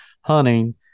hunting